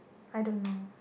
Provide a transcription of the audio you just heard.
I don't know